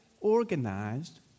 organized